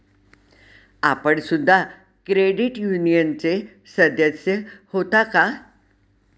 आपण सुद्धा क्रेडिट युनियनचे सदस्य होता का?